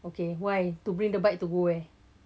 okay why to bring the bike to go where